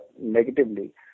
negatively